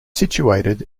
situated